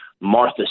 Martha